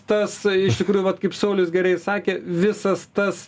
tas iš tikrųjų vat kaip saulius gerai sakė visas tas